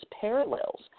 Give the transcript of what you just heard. parallels